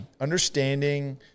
understanding